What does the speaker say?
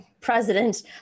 president